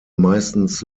meistens